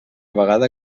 vegada